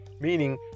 meaning